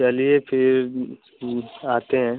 चलिए फिर आते हैं